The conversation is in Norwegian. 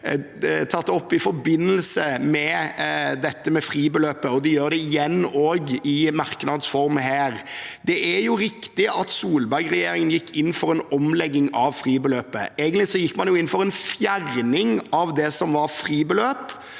i forbindelse med dette med fribeløpet, og de gjør det igjen også i merknads form her. Det er riktig at Solberg-regjeringen gikk inn for en omlegging av fribeløpet. Egentlig gikk man inn for en fjerning av det